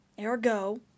Ergo